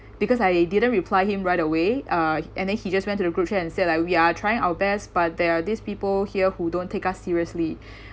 because I didn't reply him right away uh and then he just went into the group chat and said like we are trying our best but there are these people here who don't take us seriously